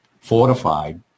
fortified